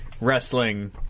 wrestling